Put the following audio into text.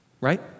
right